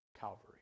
Calvary